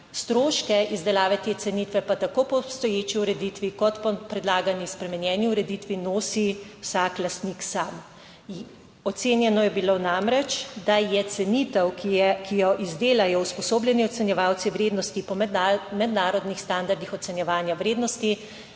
stroške izdelave te cenitve pa tako po obstoječi ureditvi kot po predlagani spremenjeni ureditvi nosi vsak lastnik sam. Ocenjeno je bilo namreč, da je cenitev, ki je, ki jo izdelajo usposobljeni ocenjevalci vrednosti po mednarodnih standardih ocenjevanja vrednosti,